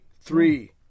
three